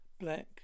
Black